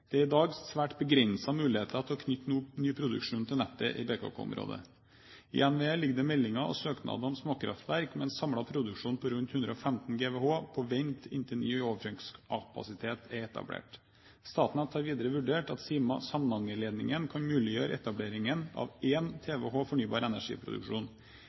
Det er i dag svært begrensede muligheter til å knytte ny produksjon til nettet i BKK-området. I NVE ligger det meldinger og søknader om småkraftverk med en samlet produksjon på rundt 115 GWh på vent inntil ny overføringskapasitet er etablert. Statnett har videre vurdert at Sima–Samnanger-ledningen kan muliggjøre etableringen av 1 TWh fornybar energi-produksjon. Ved en